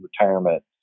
Retirement